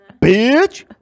Bitch